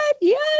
Yes